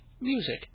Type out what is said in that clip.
music